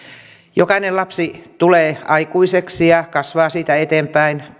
jokainen lapsi tulee aikuiseksi ja kasvaa siitä eteenpäin